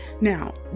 now